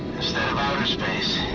instead of outer space,